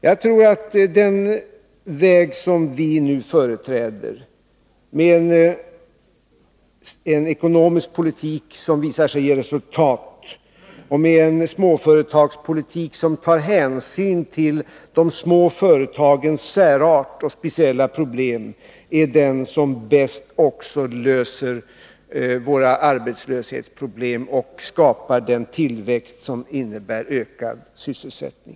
Jag tror att vi på den väg vi nu företräder, med en ekonomisk politik som visar sig ge resultat och med en företagspolitik som tar hänsyn till de små företagens särart och speciella problem, bäst löser våra arbetslöshetsproblem samt skapar den tillväxt som innebär ökad sysselsättning.